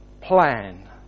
plan